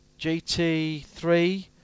GT3